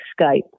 Skype